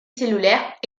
cellulaire